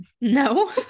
No